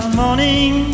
morning